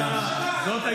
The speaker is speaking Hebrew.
פשוט הוא,